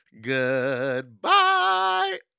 Goodbye